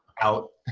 out.